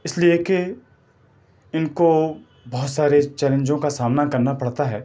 اس لیے کہ ان کو بہت سارے چیلنجوں کا سامنا کرنا پڑتا ہے